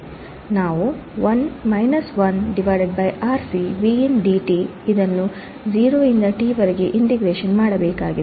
ನಾವು 1 RC ಇದನ್ನು 0 ಇಂದ t ವರೆಗೆ ಇಂಟಿಗ್ರೇಷನ್ ಮಾಡಬೇಕಾಗಿದೆ